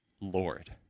Lord